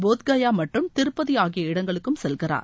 புத்தகயா மற்றும் திருப்பதி ஆகிய இடங்களுக்கும் செல்கிறார்